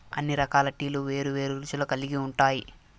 అన్ని రకాల టీలు వేరు వేరు రుచులు కల్గి ఉంటాయి